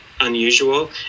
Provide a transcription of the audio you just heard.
unusual